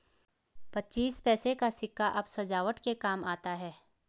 पच्चीस पैसे का सिक्का अब सजावट के काम आता है